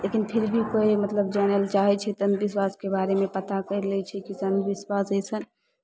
लेकिन फिर भी मतलब कोइ जानय लेल चाहै छै तऽ अन्धविश्वासके बारेमे पता करि लै छै कि अन्धविश्वास अइसन